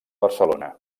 barcelona